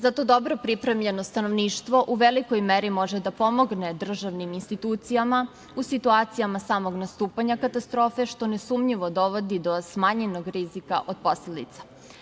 Zato, dobro pripremljeno stanovništvo u velikoj meri može da pomogne državnim institucijama u situacijama samog nastupanja katastrofe, što nesumnjivo dovodi do smanjenog rizika od posledica.